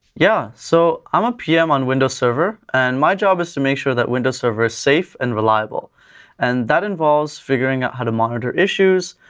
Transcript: yeah. so i'm a pm on windows server, and my job is to make sure that windows server is safe and reliable and that involves figuring out how to monitor issues,